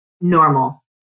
normal